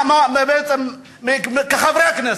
כחברי הכנסת,